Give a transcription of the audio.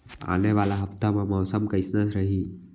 आने वाला हफ्ता मा मौसम कइसना रही?